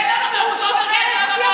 זה מגוחך.